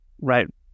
right